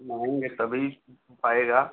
हम आएँगे तभी हो पाएगा